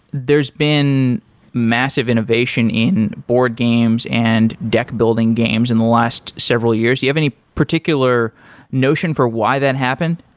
there's been massive innovation in board games and deck building games in the last several years. do you have any particular notion for why that happened?